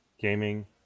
Gaming